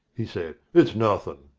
he said it's nothing.